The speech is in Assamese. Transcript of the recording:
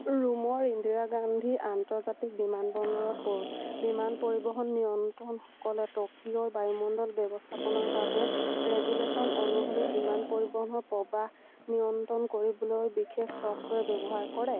ৰোমৰ ইন্দিৰা গান্ধী আন্তৰ্জাতিক বিমানবন্দৰত প বিমান পৰিবহণ নিয়ন্ত্ৰকসকলে টকিঅ'ৰ বায়ুমণ্ডল ব্যৱস্থাপনাৰ বাবে ৰেগুলেচন অনুসৰি বিমান পৰিবহণৰ প্ৰৱাহ নিয়ন্ত্ৰণ কৰিবলৈ বিশেষ ছফ্টৱেৰ ব্যৱহাৰ কৰে